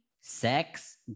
sex